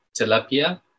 tilapia